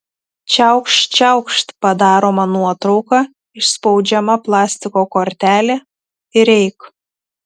čiaukšt čiaukšt padaroma nuotrauka išspaudžiama plastiko kortelė ir eik